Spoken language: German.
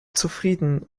zufrieden